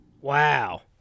Wow